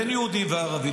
בין שהם יהודים או ערבים,